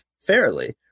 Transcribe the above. fairly